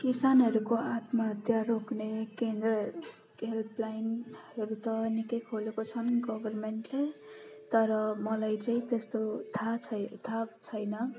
किसानहरूको आत्महत्या रोक्ने केन्द्र हेल्पलाइनहरू त निकै खोलेको छन् गभर्मेन्टले तर मलाई चाहिँ त्यस्तो थाहा छै थाहा छैन